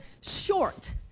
short